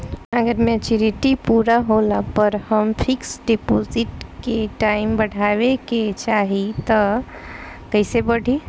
अगर मेचूरिटि पूरा होला पर हम फिक्स डिपॉज़िट के टाइम बढ़ावे के चाहिए त कैसे बढ़ी?